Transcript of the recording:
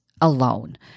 alone